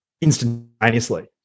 instantaneously